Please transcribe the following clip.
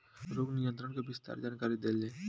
रोग नियंत्रण के विस्तार जानकरी देल जाई?